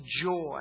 joy